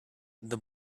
the